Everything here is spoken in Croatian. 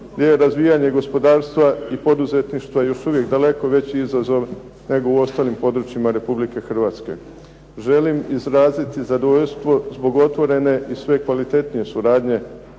gdje je razvijanje gospodarstva i poduzetništva još uvijek daleko veći izazov nego u ostalim područjima Republike Hrvatske. Želim izraziti zadovoljstvo zbog otvorene i sve kvalitetnije suradnje